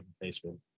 replacement